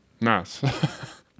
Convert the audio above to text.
Nice